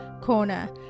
Corner